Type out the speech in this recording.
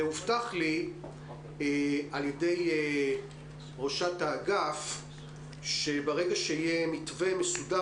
והובטח לי על ידי ראשת האגף שברגע שיהיה מתווה מסודר